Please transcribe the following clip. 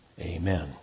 Amen